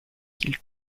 qu’il